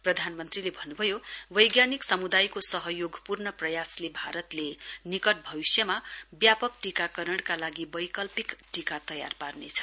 प्रधानमन्त्रीले भन्नुभयो वैज्ञानिक समुदायको सहयोगपूर्ण प्रयासले भारतले निकट भविष्यमा व्यापक टीकाकरणका लागि वैकल्पिक टीका तयार पार्नेछ